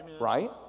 Right